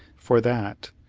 for that,